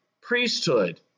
priesthood